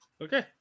Okay